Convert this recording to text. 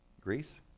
Greece